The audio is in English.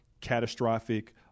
catastrophic